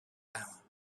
power